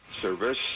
Service